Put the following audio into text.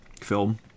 film